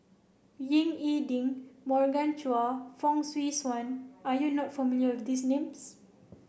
Ying E Ding Morgan Chua Fong Swee Suan are you not familiar with these names